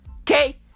Okay